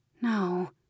No